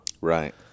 Right